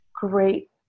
great